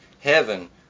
heaven